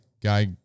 guy